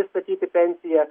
pristatyti pensiją